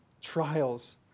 trials